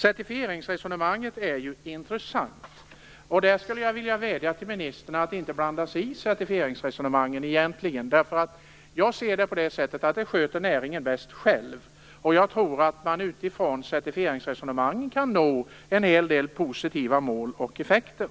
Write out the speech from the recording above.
Certifieringsresonemanget är ju intressant, och jag skulle vilja vädja till ministern att inte blanda sig i det. Jag ser det så att näringen sköter detta bäst själv. Jag tror att man utifrån certifieringsresonemang kan nå en hel del positiva mål och effekter.